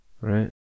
Right